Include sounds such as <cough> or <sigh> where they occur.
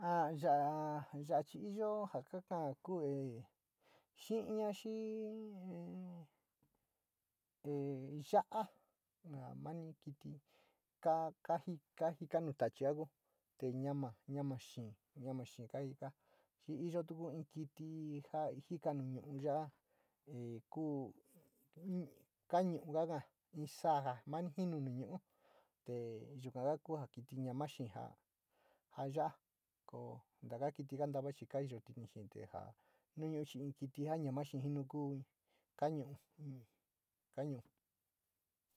A ya´a iyo ja kaka´a ku e xiana xi nte ya´a mani kiti kajika nu tachia ku te ñama, ñoma xee, ñoma xee kajita chi iyo in kiti ja jika nu ñuu yoro e kuu koñuu kakara ñi, sad ja moni ñiño nu ñuu te yuga ku kiti ja ñama xee <laughs> ya´a kotaka kiti kantava chi kayu´uti ni jiniti ja nu ñu´u in kiti ja ñama xee jinu ku kañu´u, u kañu´u.